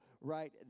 right